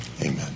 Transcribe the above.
Amen